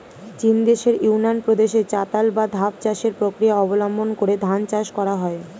চীনদেশের ইউনান প্রদেশে চাতাল বা ধাপ চাষের প্রক্রিয়া অবলম্বন করে ধান চাষ করা হয়